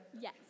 Yes